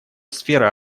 сфера